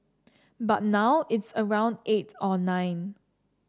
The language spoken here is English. but now it's around eight or nine